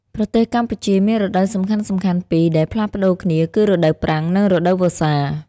ប្រទេសកម្ពុជាមានរដូវសំខាន់ៗពីរដែលផ្លាស់ប្ដូរគ្នាគឺ រដូវប្រាំង និង រដូវវស្សា។